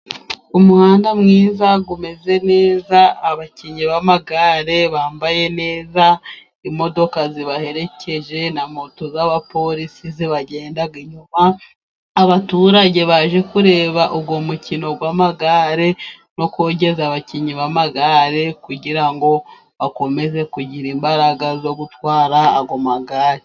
Umuhanda mwiza, umeze neza, abakinnyi b'amagare bambaye neza, imodoka zibaherekeje, na moto z'abapolisi zibagenda inyuma, abaturage baje kureba uwo mukino w'amagare no kogeza abakinnyi b'amagare kugira bakomeze kugira imbaraga zo gutwara ayo magare.